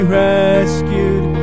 rescued